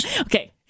Okay